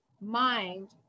mind